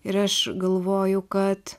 ir aš galvoju kad